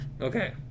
Okay